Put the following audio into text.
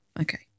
Okay